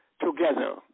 together